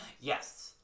yes